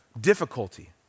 difficulty